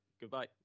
Goodbye